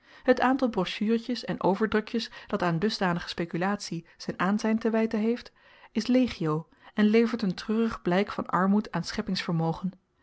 het aantal brochuretjes en overdrukjes dat aan dusdanige spekulatie z'n aanzyn te wyten heeft is legio en levert een treurig blyk van armoed aan